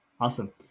Awesome